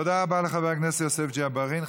תודה רבה לחבר הכנסת יוסף ג'בארין.